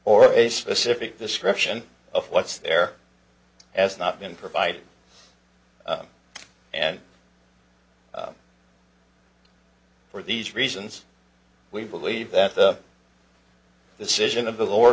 or a specific description of what's there has not been provided and for these reasons we believe that the citizen of the lower